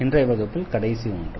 இன்றைய வகுப்பில் கடைசி ஒன்று